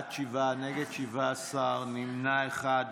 בעד, שבעה, נגד, 17, נמנע אחד.